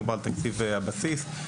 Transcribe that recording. מדובר על תקציב הבסיס.